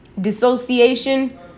Dissociation